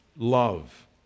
love